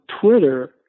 Twitter